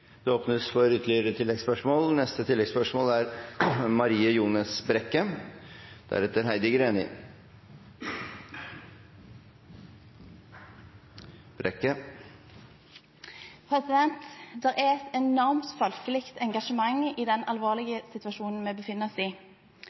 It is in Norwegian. Det åpnes for oppfølgingsspørsmål – først Marie Ljones Brekke. Det er et enormt folkelig engasjement i den alvorlige situasjonen vi befinner oss i.